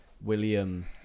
William